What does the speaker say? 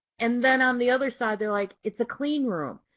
and then on the other side they're like, it's a clean room.